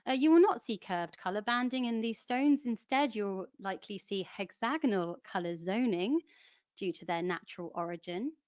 ah you will not see curved colour banding in these stones, instead, you'll likely see hexagonal colour zoning due to their natural origin.